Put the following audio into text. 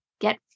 get